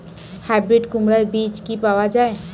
Hybrid কুমড়ার বীজ কি পাওয়া য়ায়?